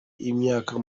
y’imyaka